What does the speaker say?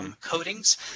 coatings